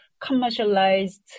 commercialized